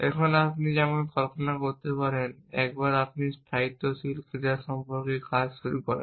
এখন আপনি যেমন কল্পনা করতে পারেন একবার আপনি স্থায়িত্বশীল ক্রিয়া সম্পর্কে কাজ শুরু করেন